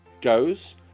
goes